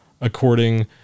according